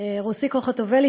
רוסיקו חוטובלי,